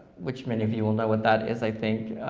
which many of you will know what that is, i think,